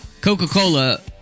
Coca-Cola